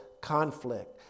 conflict